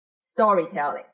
storytelling